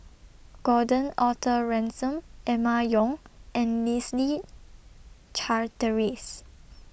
Gordon Arthur Ransome Emma Yong and Leslie Charteris